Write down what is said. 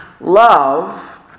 love